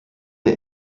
der